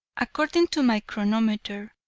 according to my chronometer,